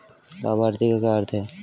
लाभार्थी का क्या अर्थ है?